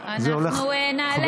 אנחנו נעלה את זה,